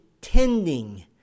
tending